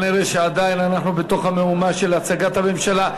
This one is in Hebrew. נראה שעדיין אנחנו בתוך המהומה של הצגת הממשלה.